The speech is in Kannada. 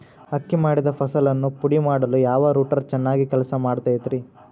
ಅಕ್ಕಿ ಮಾಡಿದ ಫಸಲನ್ನು ಪುಡಿಮಾಡಲು ಯಾವ ರೂಟರ್ ಚೆನ್ನಾಗಿ ಕೆಲಸ ಮಾಡತೈತ್ರಿ?